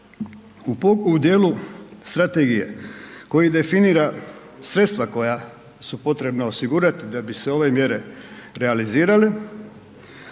u dijelu strategije koji definira sredstva koja su potrebna osigurati da bi se ove mjere realizirale,